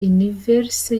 universe